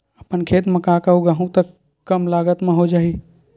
अपन खेत म का का उगांहु त कम लागत म हो जाही?